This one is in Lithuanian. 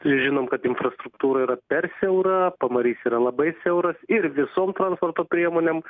žinom kad infrastruktūra yra per siaura pamarys yra labai siauras ir visom transporto priemonėm